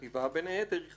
בין היתר, היא חשפה